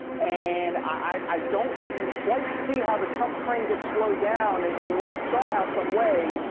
and i don't quite see how the trump train gets slowed down unless somehow, some way,